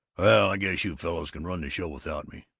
well, i guess you fellows can run the show without me.